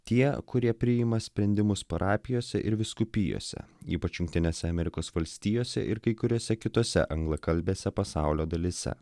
tie kurie priima sprendimus parapijose ir vyskupijose ypač jungtinėse amerikos valstijose ir kai kuriose kitose anglakalbėse pasaulio dalyse